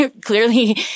Clearly